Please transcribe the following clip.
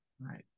Right